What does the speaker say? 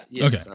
Okay